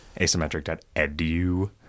Asymmetric.edu